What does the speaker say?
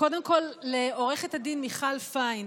קודם כול לעו"ד מיכל פיין,